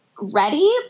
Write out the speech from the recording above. ready